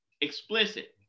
explicit